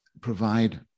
provide